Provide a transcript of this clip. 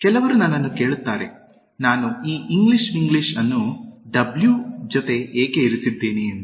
ಕೆಲವರು ನನ್ನನ್ನು ಕೇಳುತ್ತಾರೆ ನಾನು ಈ ಇಂಗ್ಲಿಷ್ ವಿಂಗ್ಲಿಷ್ ಅನ್ನು ಡಬ್ಲ್ಯೂ ಜೊತೆ ಏಕೆ ಇರಿಸಿದ್ದೇನೆ ಎಂದು